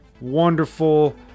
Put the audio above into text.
wonderful